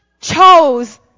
chose